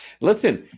listen